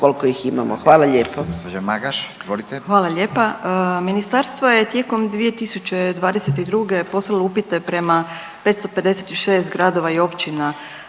koliko ih imamo. Hvala lijepo.